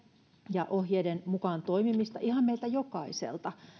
ja ohjeiden mukaan toimimista ihan meiltä jokaiselta